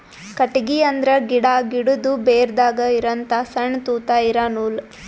ಕಟ್ಟಿಗಿ ಅಂದ್ರ ಗಿಡಾ, ಗಿಡದು ಬೇರದಾಗ್ ಇರಹಂತ ಸಣ್ಣ್ ತೂತಾ ಇರಾ ನೂಲ್